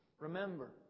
Remember